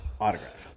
Autograph